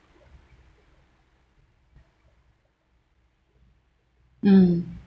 um